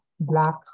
Black